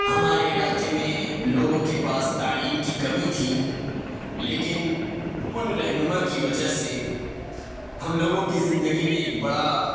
ہمارے علاقے میں لوگوں کے پاس تعلیم کی کمی تھی لیکن ان رہنما کی وجہ سے ہم لوگوں کی زندگی میں ایک بڑا